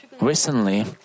Recently